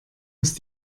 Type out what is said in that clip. ist